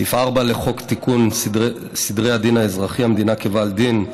סעיף 4 לחוק תיקון סדרי הדין האזרחי (המדינה כבעל דין),